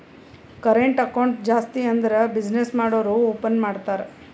current account ಜಾಸ್ತಿ ಅಂದುರ್ business ಮಾಡೂರು ಓಪನ್ ಮಾಡ್ತಾರ